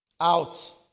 Out